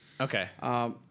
Okay